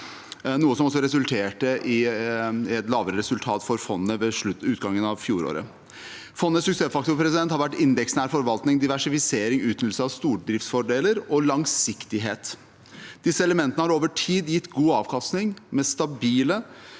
noe som også resulterte i et lavere resultat for fondet ved utgangen av fjoråret. Fondets suksessfaktor har vært indeksnær forvaltning, diversifisering, utnyttelse av stordriftsfordeler og langsiktighet. Disse elementene har over tid gitt god avkastning med stabile